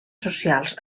socials